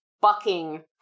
bucking